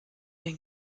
den